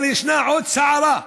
אבל ישנה עוד סערה: